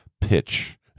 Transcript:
pitch